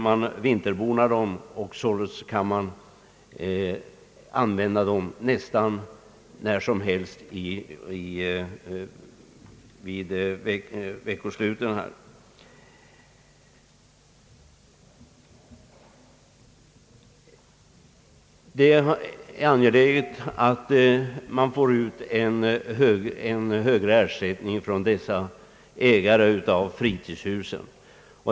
Man vinterbonar det och kan således använda det t.ex. under veckosluten året om. Det är angeläget att man i kommunerna får ut en högre ersättning från dessa ägare av fritidshus.